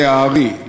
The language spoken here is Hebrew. זה הארי,